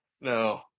no